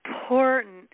important